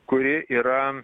kuri yra